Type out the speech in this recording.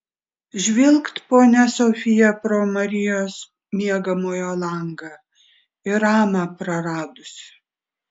žvilgt ponia sofija pro marijos miegamojo langą ir amą praradusi